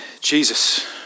Jesus